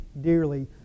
dearly